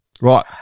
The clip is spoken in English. Right